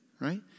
right